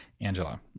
Angela